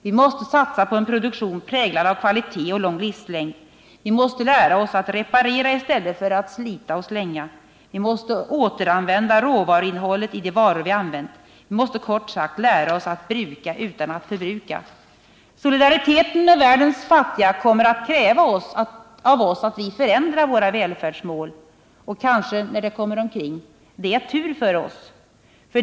Vi måste satsa på en produktion präglad av kvalitet och lång livstid. Vi måste lära oss att reparera i stället för att slita och slänga. Vi måste återanvända råvaruinnehållet i de varor vi har använt. Vi måste kort sagt lära oss att bruka utan att förbruka. Solidariteten med världens fattiga kommer att kräva av oss att vi förändrar våra välfärdsmål, och när allt kommer omkring kanske det är tur för oss.